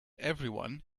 everyone